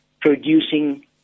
producing